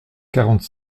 quarante